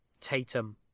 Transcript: Tatum